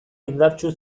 indartsu